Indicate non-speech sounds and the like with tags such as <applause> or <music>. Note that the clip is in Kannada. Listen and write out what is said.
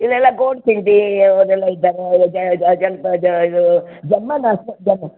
ಇಲ್ಲೆಲ್ಲ ಗೋಡ್ಖಿಂಡಿ ಅವರೆಲ್ಲ ಇದ್ದಾರೆ <unintelligible> ಇದು ಜರ್ಮನ್ <unintelligible>